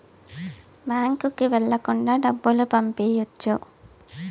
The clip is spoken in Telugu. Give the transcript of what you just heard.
బ్యాంకుకి వెళ్ళకుండా డబ్బులు పంపియ్యొచ్చు